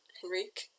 Henrik